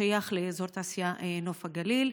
ששייך לאזור התעשייה נוף הגליל.